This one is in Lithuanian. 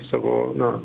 savo normų